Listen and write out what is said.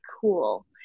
cool